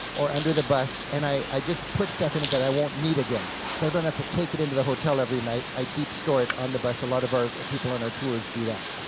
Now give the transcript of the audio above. or under the bus, and i just put stuff in it that i won't need again, so i don't have to take it into the hotel every night, i deep store it on the bus. a lot of our people on our tours do that.